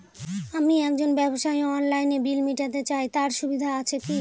আমি একজন ব্যবসায়ী অনলাইনে বিল মিটাতে চাই তার সুবিধা আছে কি?